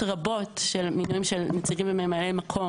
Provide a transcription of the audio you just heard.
רבות של מינויים של נציגים וממלאי מקום,